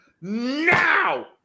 Now